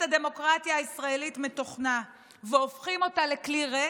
הדמוקרטיה הישראלית מתוכנה והופכים אותה לכלי ריק,